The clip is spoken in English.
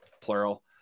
plural